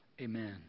Amen